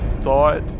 thought